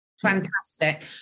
Fantastic